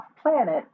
planet